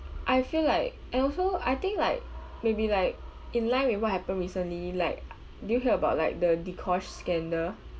I feel like and also I think like maybe like in line with what happened recently like do you hear about like the dee kosh scandal